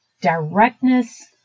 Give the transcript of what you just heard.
directness